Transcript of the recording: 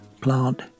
plant